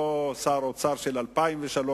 אותו שר האוצר של 2003,